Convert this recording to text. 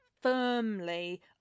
firmly